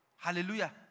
Hallelujah